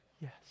Yes